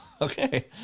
Okay